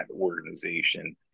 organization